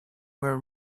were